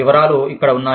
వివరాలు ఇక్కడ ఉన్నాయి